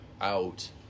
out